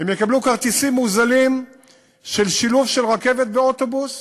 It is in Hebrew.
הם יקבלו כרטיסים מוזלים של שילוב רכבת ואוטובוס,